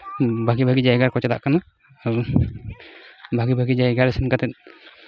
ᱵᱷᱟᱜᱮ ᱵᱷᱟᱜᱮ ᱡᱟᱭᱜᱟ ᱨᱮᱠᱚ ᱪᱟᱞᱟᱜ ᱠᱟᱱᱟ ᱟᱫᱚ ᱵᱷᱟᱜᱮ ᱵᱷᱟᱜᱮ ᱡᱟᱭᱜᱟ ᱨᱮ ᱥᱮᱱ ᱠᱟᱛᱮ